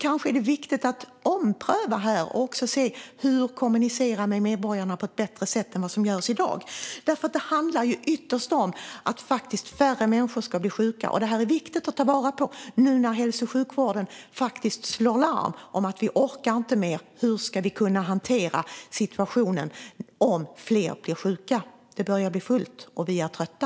Kanske är det viktigt att ompröva det här och se hur vi kan kommunicera med medborgarna på ett bättre sätt än i dag. Ytterst handlar det nämligen om att färre människor faktiskt ska bli sjuka. Det är viktigt att ta vara på när hälso och sjukvården faktiskt slår larm. De säger: Vi orkar inte mer. Hur ska vi kunna hantera situationen om fler bli sjuka? Det börjar bli fullt, och vi är trötta.